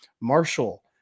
Marshall